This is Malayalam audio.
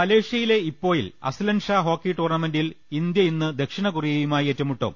മലേഷ്യയിലെ ഇപ്പോയിൽ അസ്ലൻഷാ ഹോക്കി ടൂർണമെന്റിൽ ഇന്ത്യ ഇന്ന് ദക്ഷിണ കൊറിയയുമായി ഏറ്റുമുട്ടും